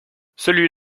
celui